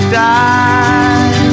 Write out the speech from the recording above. die